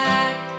back